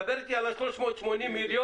דבר אתי על ה-380 מיליון